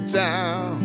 down